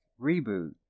reboot